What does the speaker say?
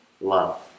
love